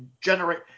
generate